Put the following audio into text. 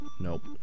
Nope